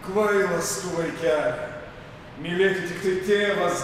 kvailas tu vaikeli mylėti tiktai tėvas